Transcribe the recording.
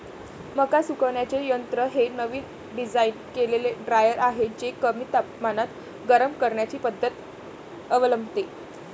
मका सुकवण्याचे यंत्र हे नवीन डिझाइन केलेले ड्रायर आहे जे कमी तापमानात गरम करण्याची पद्धत अवलंबते